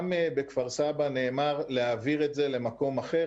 גם בכפר סבא כאשר נאמר להעביר את זה למקום אחר.